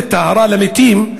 בית-טהרה למתים,